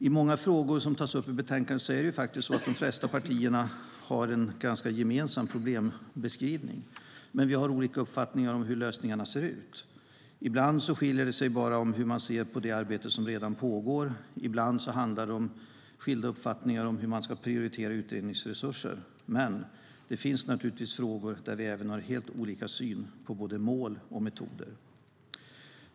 I många frågor som tas upp i betänkandet är det faktiskt så att de flesta partier har en ganska gemensam problembeskrivning, men vi har olika uppfattning om hur lösningarna ser ut. Ibland skiljer det sig bara i hur man ser på det arbete som redan pågår, och ibland handlar det om skilda uppfattningar om hur man ska prioritera utredningsresurser. Det finns dock naturligtvis frågor där vi även har helt olika syn på både mål och metoder.